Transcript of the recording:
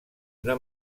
una